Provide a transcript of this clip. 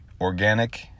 organic